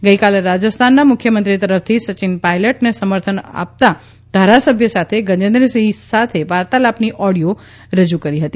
ગઈકાલે રાજસ્થાનના મુખ્ય મંત્રી તરફથી સચિન પાયલોટને સમર્થન આપતા ધારાસભ્ય સાથે ગજેન્દ્રસિંહ સાથે વાર્તાલાપની ઑડિઓ રજૂ કરી હતી